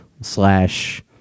slash